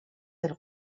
del